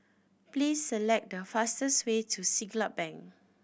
please select the fastest way to Siglap Bank